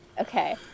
Okay